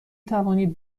توانید